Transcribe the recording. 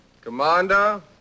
Commander